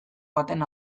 baten